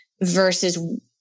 versus